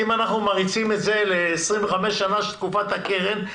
אם אנחנו מריצים את זה ל-25 שנים של תקופת הקרן,